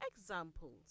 examples